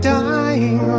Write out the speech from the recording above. dying